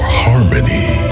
harmony